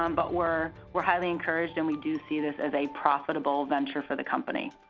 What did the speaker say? um but we're we're highly encouraged and we do see this as a profitable venture for the company.